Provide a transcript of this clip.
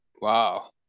Wow